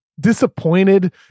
disappointed